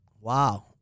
Wow